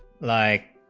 like